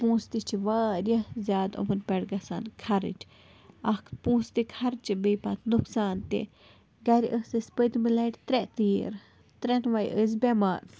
پونٛسہٕ تہِ چھِ واریاہ زیادٕ یِمَن پٮ۪ٹھ گژھان خرٕچ اَکھ پونٛسہٕ تہِ خرچہِ بیٚیہِ پَتہٕ نۄقصان تہِ گَرِ ٲس اَسہِ پٔتمہِ لَٹہِ ترٛےٚ تیٖر ترٛیٚنوَے ٲسۍ بٮ۪مار